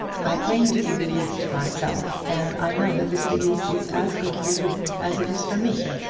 i claim to be released myself, and i know that this release is as good for you as it is for me.